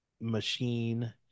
machine